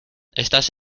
estás